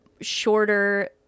shorter